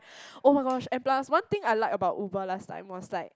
oh-my-gosh and plus one thing I like about Uber last time was like